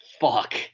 fuck